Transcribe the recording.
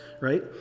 right